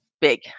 big